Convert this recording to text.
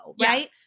right